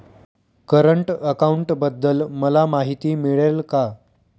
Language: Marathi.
करंट अकाउंटबद्दल मला माहिती मिळेल का?